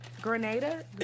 Grenada